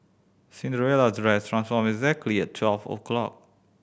Cinderella's dress transformed exactly at twelve o'clock